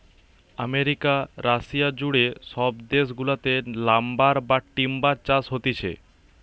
America, Russia জুড়ে সব দেশ গুলাতে লাম্বার বা টিম্বার চাষ হতিছে